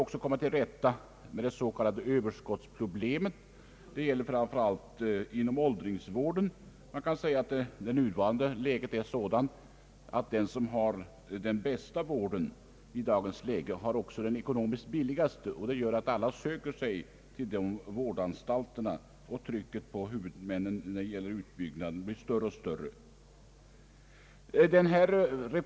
Vidare vill man lösa det s.k. överskottsproblemet, som framför allt föreligger inom åldringsvården. Den bästa vården är i dagens läge också den eko nomiskt fördelaktigaste, och detta gör att alla söker sig till de vårdanstalter där den billigaste vården står att få. Trycket på huvudmännen när det gäller utbyggnaden blir därmed större och större.